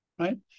Right